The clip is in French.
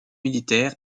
militaire